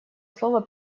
слово